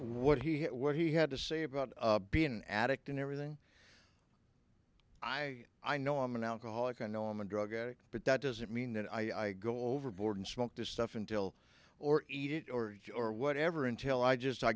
what he what he had to say about being an addict and everything i i know i'm an alcoholic i know i'm a drug addict but that doesn't mean that i go overboard and smoke this stuff until or eat it or or whatever until i just i